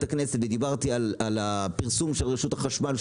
הכנסת ודיברתי על הפרסום של רשות החשמל,